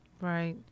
Right